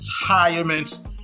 retirement